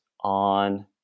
on